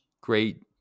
great